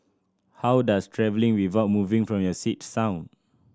how does travelling without moving from your seat sound